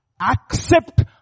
accept